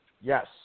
Yes